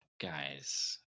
guys